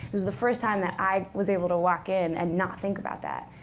it was the first time that i was able to walk in and not think about that.